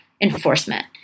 enforcement